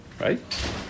Right